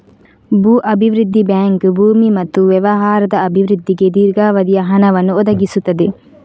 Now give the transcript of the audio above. ಭೂ ಅಭಿವೃದ್ಧಿ ಬ್ಯಾಂಕ್ ಭೂಮಿ ಮತ್ತು ವ್ಯವಹಾರದ ಅಭಿವೃದ್ಧಿಗೆ ದೀರ್ಘಾವಧಿಯ ಹಣವನ್ನು ಒದಗಿಸುತ್ತದೆ